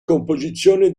composizione